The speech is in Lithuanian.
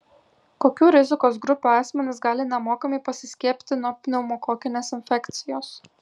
kokių rizikos grupių asmenys gali nemokamai pasiskiepyti nuo pneumokokinės infekcijos